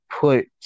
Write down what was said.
Put